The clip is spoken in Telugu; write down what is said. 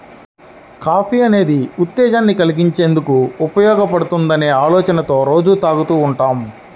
కాఫీ అనేది ఉత్తేజాన్ని కల్గించేందుకు ఉపయోగపడుతుందనే ఆలోచనతో రోజూ తాగుతూ ఉంటాం